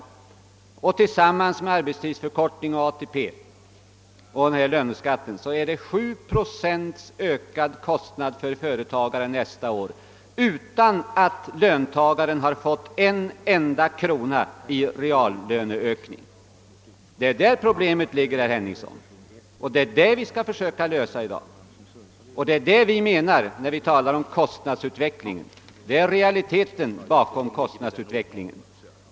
Tillsammans med kostnaderna för arbetstidsförkortningen, för den höjda ATP-avgiften och för löneskatten blir det en kostnadsökning med 7 procent utan att löntagaren får en enda krona i reallöneökning. Det är där problemet ligger, herr Henningsson, och det är det vi i dag skall försöka lösa. Det är alltså den realitet som ligger bakom vårt tal om kostnadsutvecklingen.